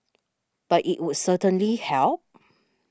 but it would certainly help